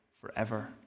forever